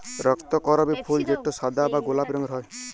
রক্তকরবী ফুল যেটা সাদা বা গোলাপি রঙের হ্যয়